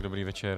Dobrý večer.